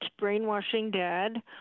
brainwashingdad